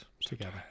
together